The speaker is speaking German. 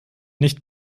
nicht